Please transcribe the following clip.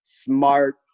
Smart